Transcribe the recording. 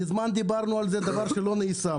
מזמן דיברנו על זה וזה דבר שלא נעשה.